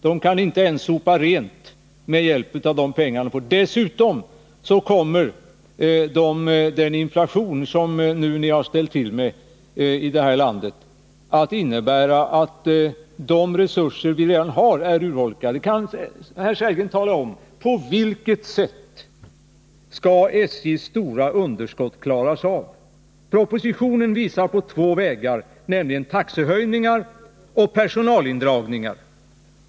Man kan inte ens sopa rent med hjälp av de pengar man får. Dessutom kommer den inflation som ni nu har ställt till med i det här landet att innebära att de resurser man redan har är urholkade. Kan herr Sellgren tala om på vilket sätt SJ:s stora underskott skall klaras av? Propositionen visar på två vägar, nämligen taxehöjningar och personalindragningar.